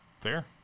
Fair